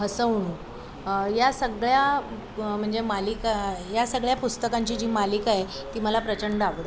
हसवणूक या सगळ्या म्हणजे मालिका या सगळ्या पुस्तकांची जी मालिका आहे ती मला प्रचंड आवडते